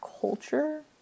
culture